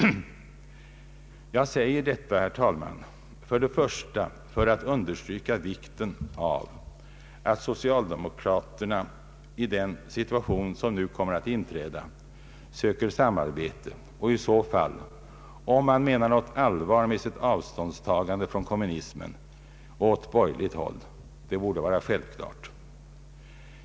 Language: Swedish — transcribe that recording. Jag säger detta, herr talman, för att för det första understryka vikten av att socialdemokraterna i den situation som nu kommer att inträda söker samarbete, och i så fall — om man menar något allvar med sitt avståndstagande från kommunismen — åt borgerligt håll. Det borde vara självklart.